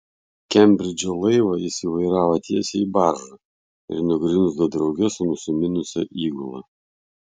kembridžo laivą jis įvairavo tiesiai į baržą ir nugrimzdo drauge su nusiminusia įgula